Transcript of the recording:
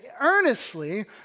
earnestly